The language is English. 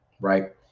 right